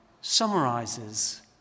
summarizes